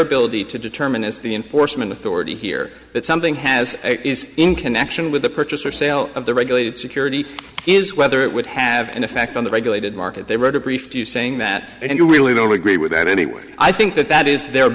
ability to determine is the enforcement authority here that something has is in connection with the purchase or sale of the regulated security is whether it would have an effect on the regulated market they wrote a brief to saying that and you really don't agree with that anyway i think that that is their